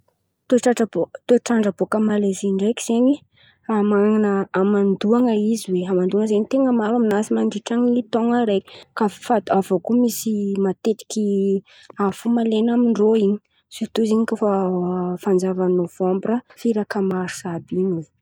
Toetr'andra bô- bôkà Malezy ndraiky zen̈y man̈ana hamandoana izy, hamandoan̈a zen̈y ten̈a maro aminazy mandritrin'ny taon̈o araiky. Avy iô koà misy matetiky avy fo mahalen̈y amin-drô in̈y. Sirto zen̈y kôa efa fanjavan'ny novambra firaka marsy àby in̈y e.